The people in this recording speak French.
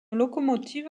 locomotive